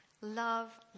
Love